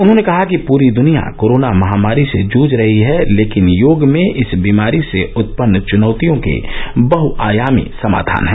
उन्होंने कहा कि पूरी दुनिया कोरोना महामारी से जुझ रही है लेकिन योग में इस बीमारी से उत्पन्न चुनौतियों के बहआयामी समाधान हैं